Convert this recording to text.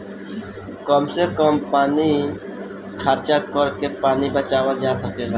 कम से कम पानी खर्चा करके पानी बचावल जा सकेला